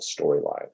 storyline